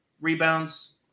rebounds